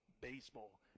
baseball